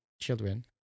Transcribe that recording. children